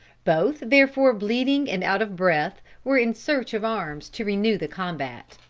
both, therefore, bleeding and out of breath, were in search of arms to renew the combat.